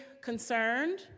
concerned